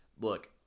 look